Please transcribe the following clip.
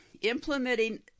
implementing